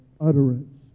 utterance